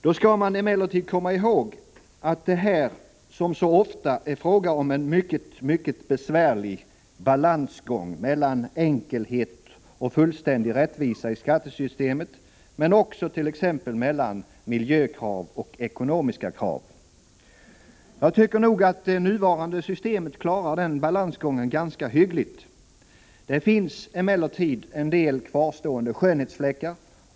Då skall man komma ihåg att det här som så ofta är fråga om en mycket besvärlig balansgång mellan enkelhet och fullständig rättvisa i skattesystemet men också t.ex. mellan miljökrav och ekonomiska krav. Jag tycker nog att det nuvarande systemet klarar denna balansgång ganska hyggligt. Det finns emellertid en del kvarstående skönhetsfläckar.